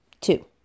two